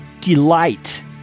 delight